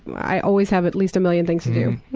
i always have at least a million things to do.